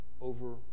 over